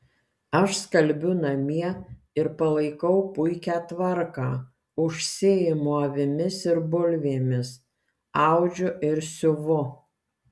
aš skalbiu namie ir palaikau puikią tvarką užsiimu avimis ir bulvėmis audžiu ir siuvu